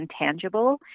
intangible